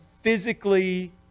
physically